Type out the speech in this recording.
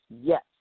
yes